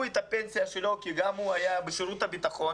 את הפנסיה שלו כי גם הוא היה בשירות הביטחון.